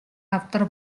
авдар